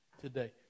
today